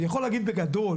אני יכול להגיד בגדול